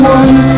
one